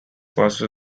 faster